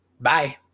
Bye